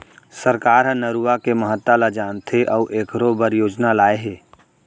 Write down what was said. सरकार ह नरूवा के महता ल जानथे अउ एखरो बर योजना लाए हे